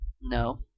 No